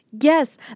Yes